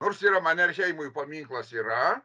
nors yra manerheimui paminklas yra